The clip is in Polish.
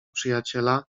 przyjaciela